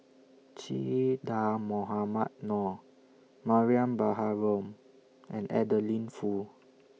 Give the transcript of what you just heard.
Che Dah Mohamed Noor Mariam Baharom and Adeline Foo